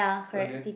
okay